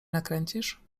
nakręcisz